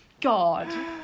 God